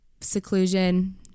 seclusion